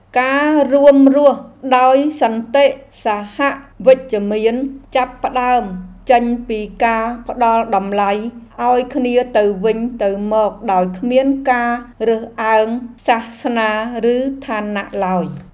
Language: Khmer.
ការរួមរស់ដោយសន្តិសហវិជ្ជមានចាប់ផ្តើមចេញពីការផ្តល់តម្លៃឱ្យគ្នាទៅវិញទៅមកដោយគ្មានការរើសអើងសាសនាឬឋានៈឡើយ។